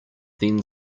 then